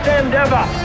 endeavor